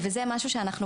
זה משהו שאנחנ,